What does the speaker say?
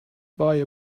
buy